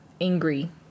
angry